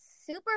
super